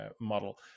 model